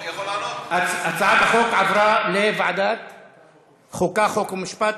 הצעת החוק עברה לוועדת החוקה, חוק ומשפט.